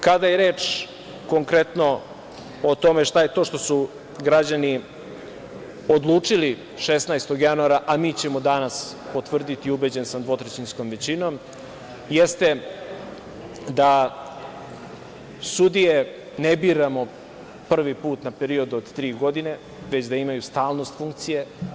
Kada je reč o tome konkretno šta su građani odlučili 16. januara, a mi ćemo danas potvrditi, ubeđen sam, dvotrećinskom većinom, jeste da sudije ne biramo prvi put na period od tri godine, već da imaju stalnost funkcije.